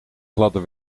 gladde